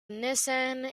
nissan